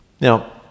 Now